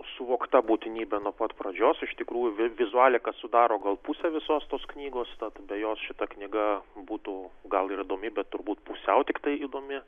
suvokta būtinybė nuo pat pradžios iš tikrųjų vizualika sudaro gal pusę visos tos knygos tad be jos šita knyga būtų gal ir įdomi bet turbūt pusiau tiktai įdomi